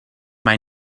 may